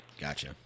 Gotcha